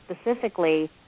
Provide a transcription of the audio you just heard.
specifically